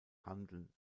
handeln